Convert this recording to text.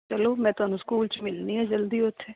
ਚਲੋ ਮੈਂ ਤੁਹਾਨੂੰ ਸਕੂਲ 'ਚ ਮਿਲਦੀ ਹਾਂ ਜਲਦੀ ਉੱਥੇ